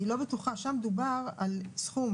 שם דובר על סכום,